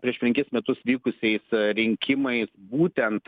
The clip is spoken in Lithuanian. prieš penkis metus vykusiais rinkimais būtent